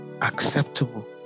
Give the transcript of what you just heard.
acceptable